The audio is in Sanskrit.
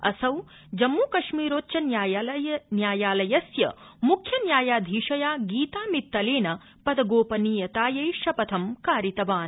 असौ जम्मू कश्मीरोच्चन्यायालस्य मुख्य न्यायाधीशया गीता मित्तलेन पदगोपनीयतायै शपथं कारितवान्